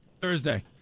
Thursday